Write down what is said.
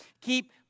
keep